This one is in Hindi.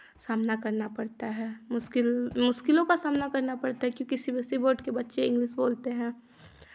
सामना करना पड़ता है मुश्किल मुश्किलों का सामना करना पड़ता है क्योंकि C B S E board के बच्चे इंग्लिश बोलते हैं